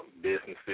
businesses